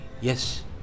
Yes